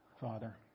Father